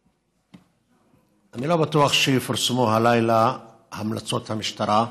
אני לא בטוח שיפורסמו הלילה המלצות המשטרה.